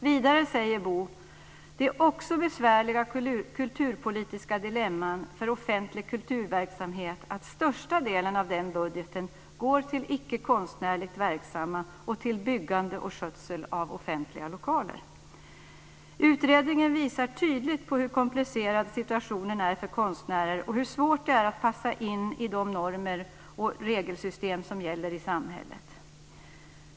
Vidare säger Bo: "Det är också besvärliga kulturpolitiska dilemman för offentlig kulturverksamhet att största delen av den budgeten går till icke konstnärligt verksamma och till byggande och skötsel av offentliga lokaler." Utredningen visar tydligt på hur komplicerad situationen är för konstnärer och hur svårt det är att passa in i de normer och regelsystem som gäller i samhället.